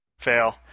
Fail